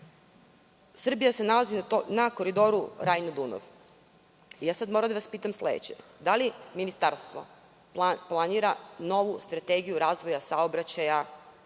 Srbija se nalazi na Koridoru Rajna – Dunav. Sada moram da vas pitam sledeće – da li Ministarstvo planira novu strategiju razvoja saobraćaja